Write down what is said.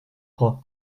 trois